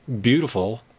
beautiful